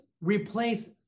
replace